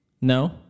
No